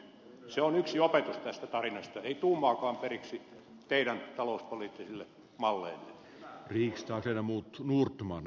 se on yksi opetus tästä tarinasta ei tuumaakaan periksi teidän talouspoliittisille malleillenne